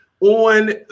on